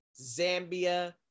Zambia